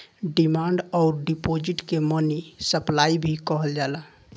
demand अउर deposit के money supply भी कहल जाला